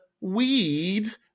weed